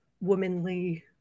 womanly